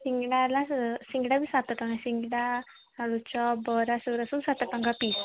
ସିଙ୍ଗିଡ଼ା ହେଲା ସିଙ୍ଗିଡ଼ା ବି ସାତ ଟଙ୍କା ସିଙ୍ଗଡ଼ା ଆଳୁଚପ ବରା ସେଗୁଡ଼ା ସବୁ ସାତ ଟଙ୍କା ପିସ୍